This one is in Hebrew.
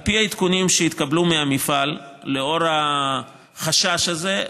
על פי העדכונים שהתקבלו מהמפעל בעקבות החשש הזה,